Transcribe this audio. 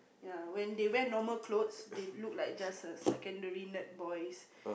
ya when they wear normal clothes they look like just a secondary nerd boys